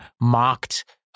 mocked